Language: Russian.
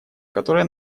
которая